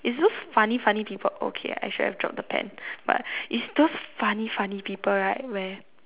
it's those funny funny people okay I shouldn't have dropped the pen but it's those funny funny people right where